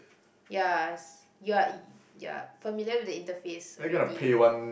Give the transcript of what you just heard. yes you are you're familiar with the interface already